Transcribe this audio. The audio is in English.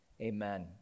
Amen